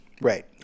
Right